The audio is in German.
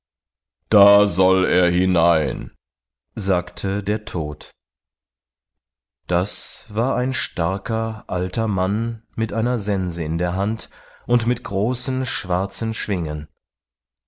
da soll er hinein sagte der tod das war ein starker alter mann mit einer sense in der hand und mit großen schwarzen schwingen